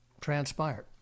transpired